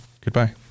Goodbye